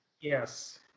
Yes